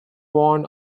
worn